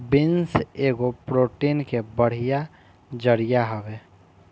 beans एगो protein के बढ़िया जरिया हवे